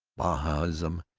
bahaism,